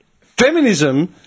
Feminism